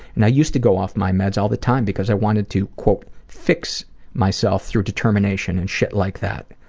and i used to go off my meds all the time because i wanted to fix myself through determination and shit like that.